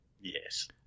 Yes